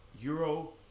Euro